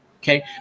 Okay